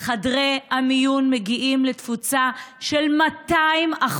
חדרי המיון מגיעים לתפוסה של 200%,